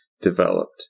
developed